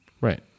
Right